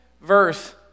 verse